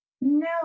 No